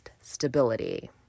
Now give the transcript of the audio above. stability